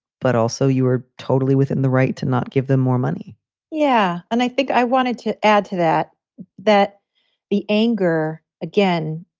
but also, you are totally within the right to not give them more money yeah. and i think i wanted to add to that that the anger again,